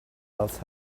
else